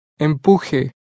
Empuje